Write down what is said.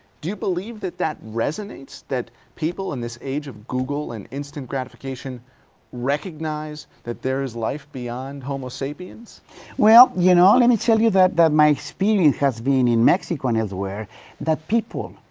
do you believe that that resonates? that people in this age of google and instant gratification recognize that there is life beyond homo sapiens? ceballos well, you know, let me tell you that, that my experience has been in mexico and elsewhere that people,